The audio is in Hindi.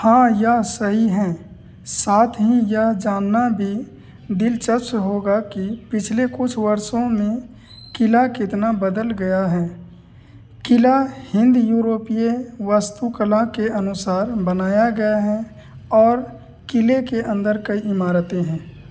हाँ यह सही है साथ ही यह जानना भी दिलचस्प होगा कि पिछले कुछ वर्षों में किला कितना बदल गया है किला हिंद यूरोपीय वास्तुकला के अनुसार बनाया गया है और किले के अंदर कई इमारतें हैं